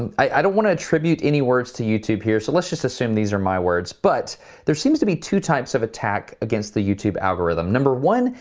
i don't want to attribute any words to youtube here, so let's just assume these are my words, but there seems to be two types of attack against the youtube algorithm. number one,